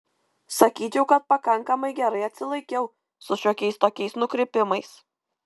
sakyčiau kad pakankamai gerai atsilaikiau su šiokiais tokiais nukrypimais